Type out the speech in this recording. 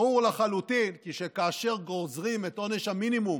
ברור לחלוטין שכאשר גוזרים את עונש מינימום